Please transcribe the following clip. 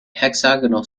hexagonal